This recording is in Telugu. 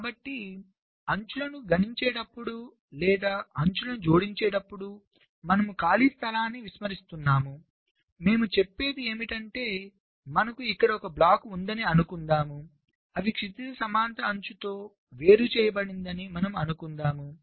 కాబట్టి అంచులను గణించేటప్పుడు లేదా అంచులను జోడించేటప్పుడు మనము ఖాళీ స్థలాన్ని విస్మరిస్తున్నాము మేము చెప్పేది ఏమిటంటే మనకు ఇక్కడ ఒక బ్లాక్ ఉందని అనుకుందాంఅవి క్షితిజ సమాంతర అంచుతో వేరు చేయబడిందని మనము అనుకుందాము